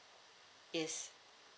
yes